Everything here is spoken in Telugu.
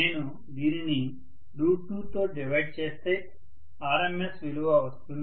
నేను దీనిని2 తో డివైడ్ చేస్తే RMS విలువ వస్తుంది